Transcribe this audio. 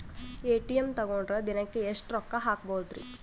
ATM ತಗೊಂಡ್ ದಿನಕ್ಕೆ ಎಷ್ಟ್ ರೊಕ್ಕ ಹಾಕ್ಬೊದ್ರಿ?